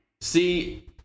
See